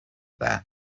that